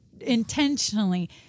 intentionally